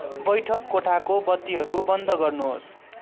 बैठक कोठाको बत्तीहरू बन्द गर्नुहोस्